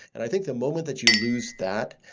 and i think the moment that you lose that,